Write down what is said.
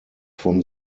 from